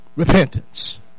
Repentance